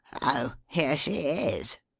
oh! here she is!